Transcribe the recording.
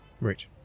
Right